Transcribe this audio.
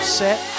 set